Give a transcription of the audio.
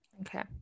okay